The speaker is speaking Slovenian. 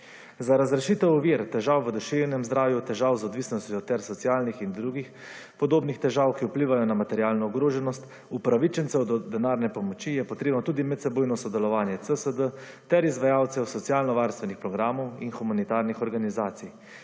Za razrešitev ovir, težav v duševnem zdravju, težav z odvisnostjo ter socialnih in drugih podobnih težav, ki vplivajo na materialno ogroženost, upravičencev do denarne pomoči je potrebno tudi medsebojno sodelovanje CSD ter izvajalcev socialno-varstvenih programov in humanitarnih organizacij.